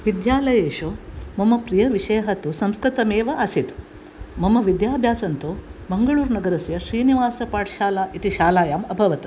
विद्यालयेषु मम प्रियविषयः तु संस्कृतमेव आसीत् मम विद्याभ्यासं तु मङ्गळूरुनगरस्य श्रीनिवासपाठशाला इति पाठशालायाम् अभवत्